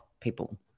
people